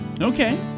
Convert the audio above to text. Okay